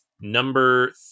Number